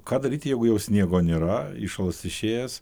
ką daryti jeigu jau sniego nėra įšalas išėjęs